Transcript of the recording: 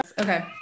okay